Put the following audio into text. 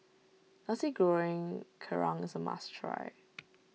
Nasi Goreng Kerang is a must try